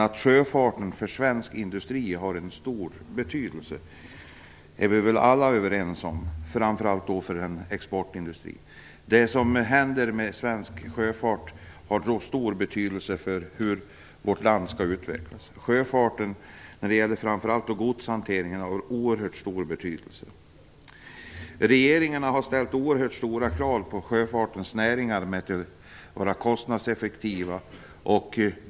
Att sjöfarten har en stor betydelse för svensk industri är vi väl alla överens om - framför allt för exportindustrin. Det som händer med svensk sjöfart har stor betydelse för hur vårt land utvecklas. Sjöfarten har, framför allt när det gäller godshanteringen, oerhört stor betydelse. Regeringarna har ställt oerhört stora krav på sjöfartens näringar och sagt att de skall vara kostnadseffektiva.